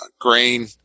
grain